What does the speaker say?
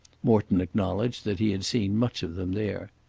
morton acknowledged that he had seen much of them there.